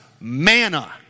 Manna